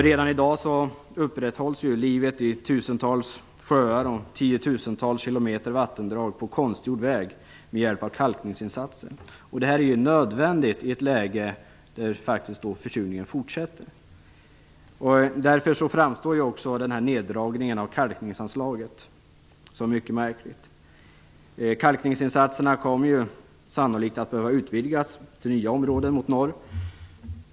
Redan i dag upprätthålls livet i tusentals sjöar och tiotusentals kilometer vattendrag på konstgjord väg med hjälp av kalkning. Detta är nödvändigt i ett läge där faktiskt försurningen fortsätter. Därför framstår neddragningen av kalkningsanslaget som mycket märkligt. Kalkningsinsatserna kommer ju sannolikt att behöva utvidgas till nya områden mot norr.